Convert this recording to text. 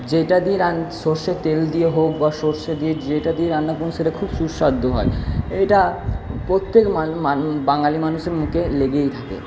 যেটা দিয়ে রান্না সর্ষের তেল দিয়ে হোক বা সর্ষে দিয়ে যেটা দিয়ে রান্না করুন সেটা খুব সুস্বাদু হয় এইটা প্রত্যেক বাঙালি মানুষের মুখে লেগেই থাকে